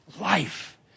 Life